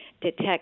detect